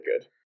good